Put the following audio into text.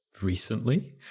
recently